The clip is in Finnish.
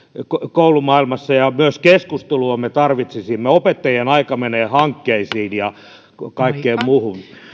koulumaailmassa ja myös keskustelua me tarvitsisimme opettajien aika mene hankkeisiin ja kaikkeen muuhun